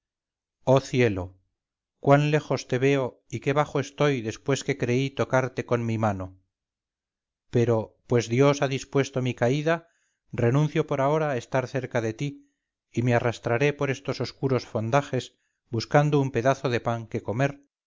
oh cielo cuán lejos te veo y qué bajo estoy después que creí tocarte con mi mano pero pues dios ha dispuesto mi caída renuncio por ahora a estar cerca de ti y me arrastraré por estos oscuros fondajes buscando un pedazo de pan que comer